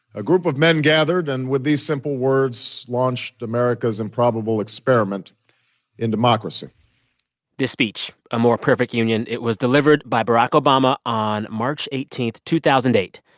a group of men gathered and, with these simple words, launched america's improbable experiment in democracy this speech, a more perfect union it was delivered by barack obama on march eighteen, two thousand and eight,